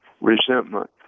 resentment